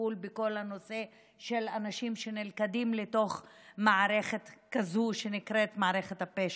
בטיפול בכל הנושא של אנשים שנלכדים לתוך מערכת כזו שנקראת מערכת הפשע,